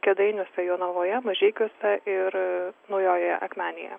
kėdainiuose jonavoje mažeikiuose ir naujojoje akmenėje